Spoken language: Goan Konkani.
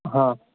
हां